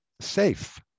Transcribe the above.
safe